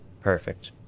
Perfect